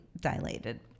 dilated